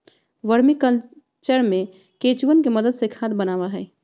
vermi culture में केंचुवन के मदद से खाद बनावा हई